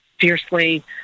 fiercely